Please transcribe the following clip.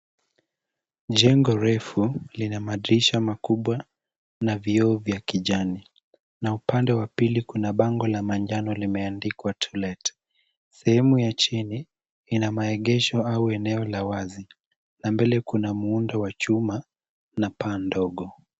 Jengo refu lina madirisha makubwa na vioo vya kijani, na upande wa pili kuna bango la manjano limeandikwa To Let . Sehemu ya chini ina maegesho au eneo la wazi, na mbele kuna muundo wa chuma na paa ndogo.